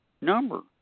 number